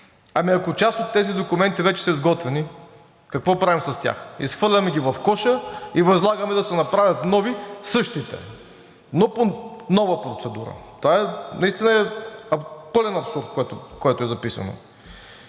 Ами, ако част от тези документи вече са изготвени, какво правим с тях? Изхвърляме ги в коша и възлагаме да се направят нови – същите, но по нова процедура?! Това наистина е пълен абсурд, което е записано.